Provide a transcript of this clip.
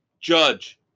judge